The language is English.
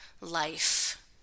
life